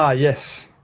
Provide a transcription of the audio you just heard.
ah yes.